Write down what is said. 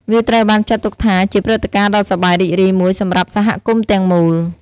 វាត្រូវបានចាត់ទុកថាជាព្រឹត្តការណ៍ដ៏សប្បាយរីករាយមួយសម្រាប់សហគមន៍ទាំងមូល។